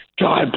God